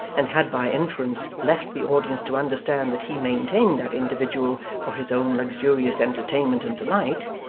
and had by inference left the audience to understand that he maintained that individual for his own luxurious entertainment and delight,